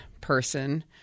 person